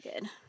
good